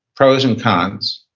pros and cons,